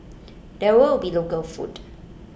there will be local food